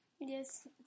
Yes